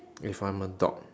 if I'm a dog